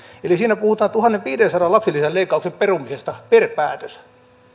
eli siinä puhutaan tuhannenviidensadan lapsilisäleikkauksen perumisesta per päätös